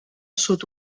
sud